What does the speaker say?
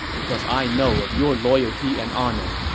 because i know of your loyalty and honor.